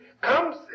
comes